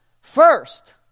first